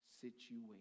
situation